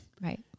right